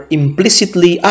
implicitly